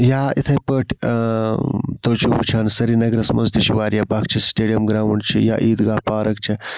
یا اِتھے پٲٹھۍ تُہۍ چھو وٕچھان سرینَگرَس مَنٛز تہِ چھِ واریاہ بَخشی سٹیڈیم گراوُنڈ چھ یا عیٖدگاہ پارک چھ